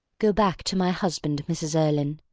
go back to my husband, mrs. erlynne.